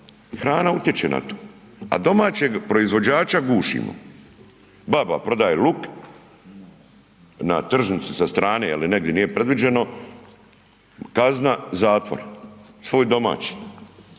hrana utječe na to. A domaćeg proizvođača gušimo. Baba prodaje luk na tržnici sa strane ili negdje gdje nije predviđeno, kazna zatvor, svoj domaći.